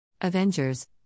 Avengers